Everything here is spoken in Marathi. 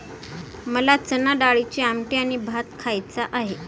मला चणाडाळीची आमटी आणि भात खायचा आहे